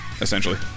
essentially